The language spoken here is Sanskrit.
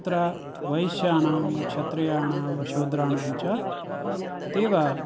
तत्र वैश्यानां क्षत्रियाणां शूद्राणाञ्च अतीव